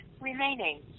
remaining